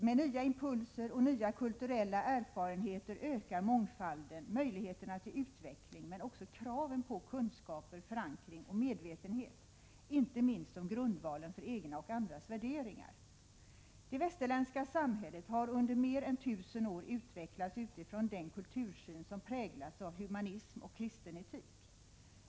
Med nya impulser och nya kulturella erfarenheter ökar mångfalden, möjligheterna till utveckling men också kraven på kunskaper, förankring och medvetenhet inte minst om grundvalen för egna och andras värderingar. Det västerländska samhället har under mer än tusen år utvecklats utifrån den kultursyn som präglats av humanism och kristen etik.